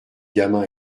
gamin